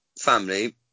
family